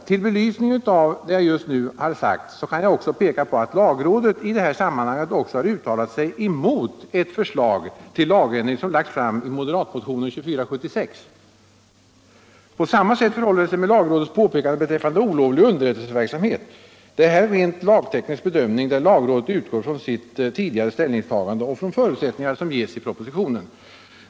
Till belysning av det jag nu har sagt kan jag peka på att lagrådet i detta sammanhang även har uttalat sig emot ett förslag till lagändring som lagts fram i moderatmotionen 2476. På samma sätt förhåller det sig med lagrådets påpekande beträffande olovlig underrättelseverksamhet. Detta är en rent lagteknisk bedömning där lagrådet utgår från sitt tidigare ställningstagande och från förutsättningar som ges i propositionen.